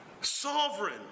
sovereign